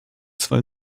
zwei